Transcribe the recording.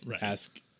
ask